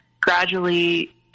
gradually